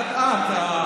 אט-אט.